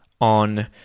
on